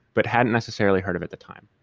but hadn't necessarily heard of at the time.